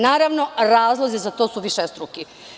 Naravno, razlozi za to su višestruki.